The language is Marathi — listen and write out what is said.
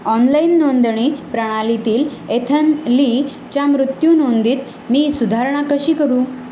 ऑनलाईन नोंदणी प्रणालीतील एथन लीच्या मृत्यू नोंदीत मी सुधारणा कशी करू